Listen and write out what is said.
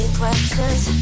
questions